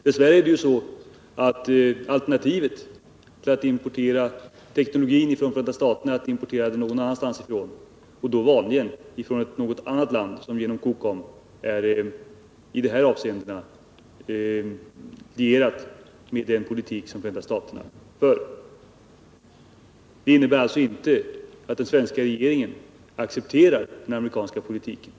Dess värre är det så att alternativet till att importera teknologin från Förenta staterna är att importera den från något land som i dessa avseenden genom COCOM är lierat med den politik som Förenta staterna för. Detta gör alltså att vår ståndpunkt inte innebär att den svenska regeringen accepterar den amerikanska politiken.